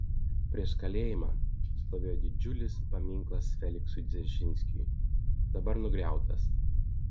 prieš kalėjimą stovėjo didžiulis paminklas feliksui dzeržinskiui dabar nugriautas